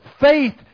faith